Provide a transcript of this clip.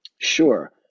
Sure